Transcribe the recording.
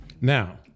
Now